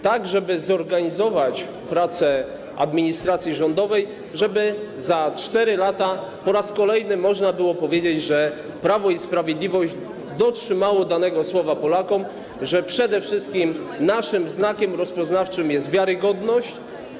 Chodzi o to, żeby zorganizować pracę administracji rządowej tak, żeby za 4 lata po raz kolejny można było powiedzieć, że Prawo i Sprawiedliwość dotrzymało słowa danego Polakom, że przede wszystkim naszym znakiem rozpoznawczym jest wiarygodność.